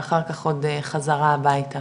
ואחר כך עוד חזרה הביתה?